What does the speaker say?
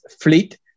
fleet